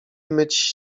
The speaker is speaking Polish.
myć